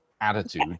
attitude